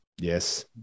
Yes